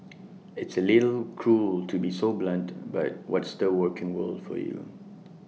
it's A little cruel to be so blunt but what's the working world for you